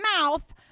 mouth